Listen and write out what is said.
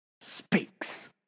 speaks